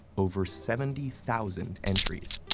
over seventy thousand entries,